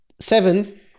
seven